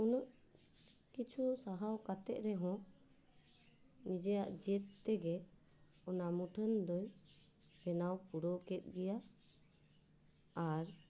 ᱩᱱᱟᱹᱜ ᱠᱤᱪᱷᱩ ᱥᱟᱦᱟᱣ ᱠᱟᱛᱮᱫ ᱨᱮᱦᱚᱸ ᱱᱤᱡᱮᱭᱟᱜ ᱡᱮᱛ ᱛᱮᱜᱮ ᱚᱱᱟ ᱢᱩᱴᱷᱟᱹᱱ ᱫᱩᱧ ᱵᱮᱱᱟᱣ ᱯᱩᱨᱟᱹᱣ ᱠᱮᱫ ᱜᱮᱭᱟ ᱟᱨ